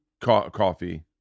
coffee